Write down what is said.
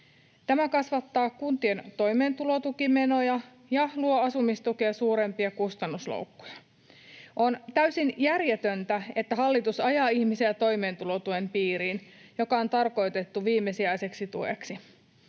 Tämä kasvattaa kuntien toimeentulotukimenoja ja luo asumistukea suurempia kustannusloukkuja. On täysin järjetöntä, että hallitus ajaa ihmisiä toimeentulotuen piiriin, joka on tarkoitettu viimesijaiseksi tueksi.